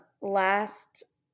Last